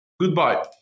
Goodbye